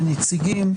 ונציגים,